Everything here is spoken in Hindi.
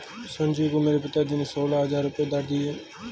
संजीव को मेरे पिताजी ने सोलह हजार रुपए उधार दिए हैं